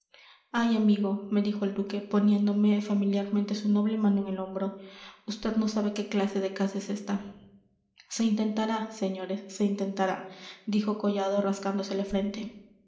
ay amigo me dijo el duque poniéndome familiarmente su noble mano en el hombro vd no sabe qué clase de casa es esta se intentará señores se intentará dijo collado rascándose la frente